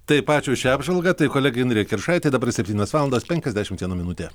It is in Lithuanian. taip ačiū šią apžvalgą tai kolegė indrė kiršaitė dabar septynios valandos penkiasdešimt viena minutė